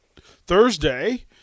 Thursday